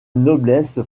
noblesse